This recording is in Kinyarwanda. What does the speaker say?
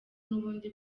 n’ubundi